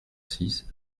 six